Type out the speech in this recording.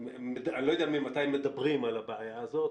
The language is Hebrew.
אני לא יודע ממתי מדברים על הבעיה הזאת,